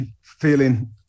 feeling